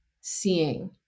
seeing